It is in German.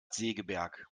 segeberg